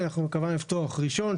אנחנו מקווים לפתוח ראשון,